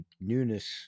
newness